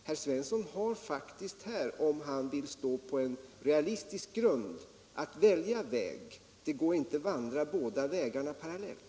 Herr Svensson har faktiskt här, om han vill stå på realistisk grund, att välja väg. Det går inte att vandra båda vägarna parallellt.